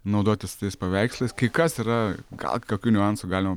naudotis tais paveikslais kai kas yra gal kokių niuansų galima